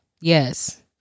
Yes